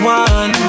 one